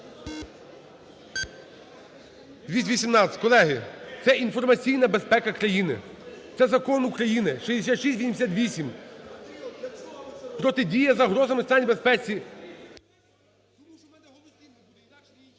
За-218 Колеги, це інформаційна безпека країни, це Закон України 6688 протидія загрозам національній безпеці.